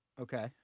okay